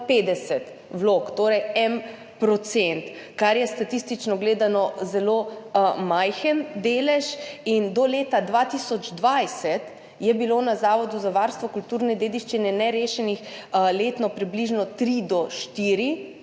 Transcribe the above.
50 vlog, torej 1 %, kar je statistično gledano zelo majhen delež. Do leta 2020 je bilo na Zavodu za varstvo kulturne dediščine letno nerešenih približno 3–4